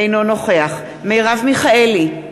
אינו נוכח מרב מיכאלי,